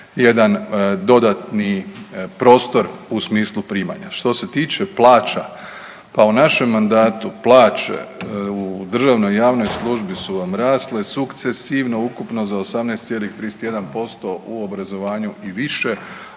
jedan dodatni prostor u smislu primanja. Što se tiče plaća, pa u našem mandatu plaće u državnoj i javnoj službi rasle sukcesivno ukupno za 18,31%, u obrazovanju i više,